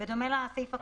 בדומה לסעיף הקודם.